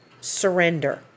surrender